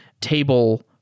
table